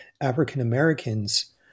African-Americans